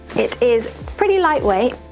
it is pretty lightweight.